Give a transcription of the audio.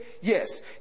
Yes